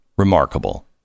remarkable